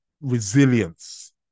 resilience